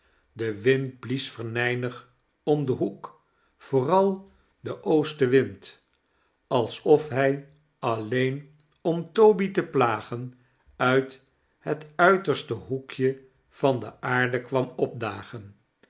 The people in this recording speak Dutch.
de wind blies venijnig om den hoek vooral de oostenwind alsof hij alleen om toby te plagen uit het uiterste hoekje van de aarde kwam opdagen